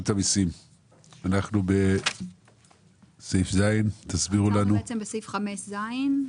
אנחנו בסעיף 5(ז).